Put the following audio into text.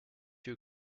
you